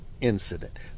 incident